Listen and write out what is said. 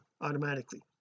automatically